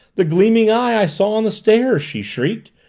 the gleaming eye i saw on the stairs! she shrieked,